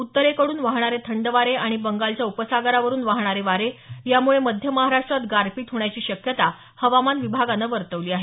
उत्तरेकडून वाहणारे थंड वारे आणि बंगालच्या उपसागरावरून वाहणारे वारे यामुळे मध्य महाराष्ट्रात गारपीट होण्याची शक्यता हवामान विभागानं वर्तवली आहे